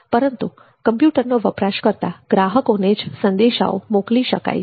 પરંતુ કમ્પ્યુટરનો વપરાશ કરતાં ગ્રાહકોને જ સંદેશાઓ મોકલી શકાય છે